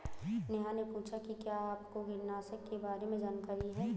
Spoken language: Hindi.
नेहा ने पूछा कि क्या आपको कीटनाशी के बारे में जानकारी है?